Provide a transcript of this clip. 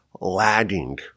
lagging